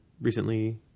recently